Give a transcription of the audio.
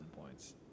points